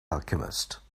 alchemist